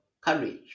courage